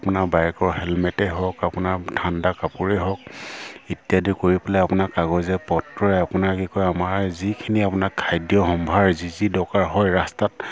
আপোনাৰ বাইকৰ হেলমেটেই হওক আপোনাৰ ঠাণ্ডা কাপোৰেই হওক ইত্যাদি কৰি পেলাই আপোনাৰ কাগজে পত্ৰই আপোনাৰ কি কয় আমাৰ যিখিনি আপোনাৰ খাদ্য সম্ভাৰ যি যি দৰকাৰ হয় ৰাস্তাত